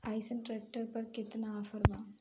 अइसन ट्रैक्टर पर केतना ऑफर बा?